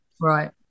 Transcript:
Right